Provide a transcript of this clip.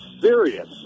serious